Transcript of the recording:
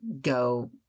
go